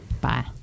Bye